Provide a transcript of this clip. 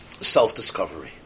self-discovery